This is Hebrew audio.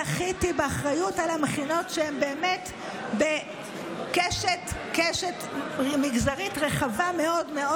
זכיתי באחריות על המכינות שהן באמת בקשת מגזרית רחבה מאוד מאוד,